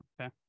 Okay